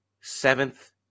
seventh